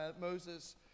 Moses